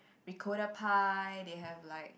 ricotta pie they have like